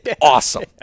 awesome